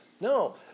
No